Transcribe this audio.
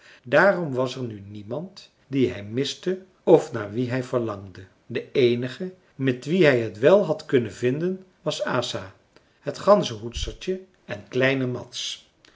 daarom was er nu niemand die hij miste of naar wien hij verlangde de eenige met wie hij het wel had kunnen vinden was asa het ganzenhoedstertje en kleine mads